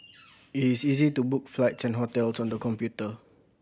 it is easy to book flights and hotels on the computer